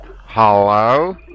Hello